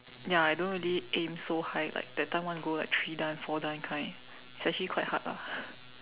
ya I don't really aim so high like that time want to go like three dan four dan kind it's actually quite hard lah